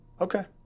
Okay